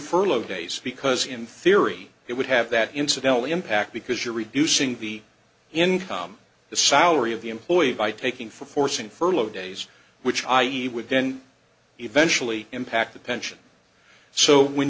furlough days because in theory it would have that incidentally impact because you're reducing the income the salary of the employee by taking for forcing furlough days which i e would then eventually impact the pension so when